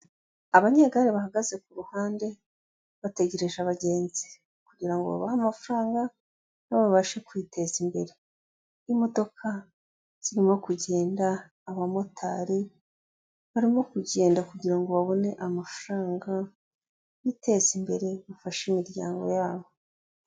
Abanyegare bahagaze ku ruhande bategereje abagenzi kugira ngo babahe amafaranga nabo baba babashe kwiteza imbere, imodoka zirimo kugenda, abamotari barimo kugenda kugira ngo babone amafaranga biteza imbere, bafashe imiryango yabo.